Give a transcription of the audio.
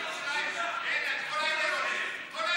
כל הבדואים.